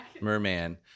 Merman